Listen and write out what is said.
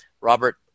robert